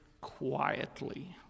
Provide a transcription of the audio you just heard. quietly